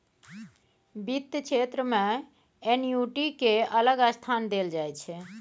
बित्त क्षेत्र मे एन्युटि केँ अलग स्थान देल जाइ छै